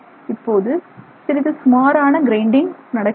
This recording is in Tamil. இப்போது சிறிது சுமாரான கிரைண்டிங் நடக்கிறது